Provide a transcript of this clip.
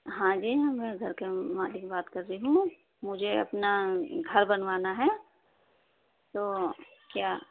ہاں جی میں گھر کی مالک بات کر رہی ہوں مجھے اپنا گھر بنوانا ہے تو کیا